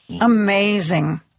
Amazing